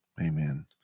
Amen